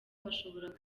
bashobora